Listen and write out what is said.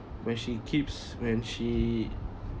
when she keeps when she